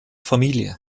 familie